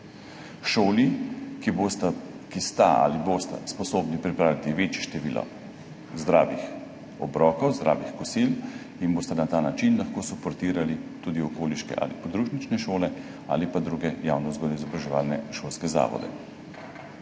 Šoli, ki sta ali bosta sposobni pripraviti večje število zdravih obrokov, zdravih kosil in bosta na ta način lahko suportirali tudi okoliške ali podružnične šole ali pa druge javno vzgojno-izobraževalne šolske zavode.